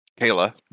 Kayla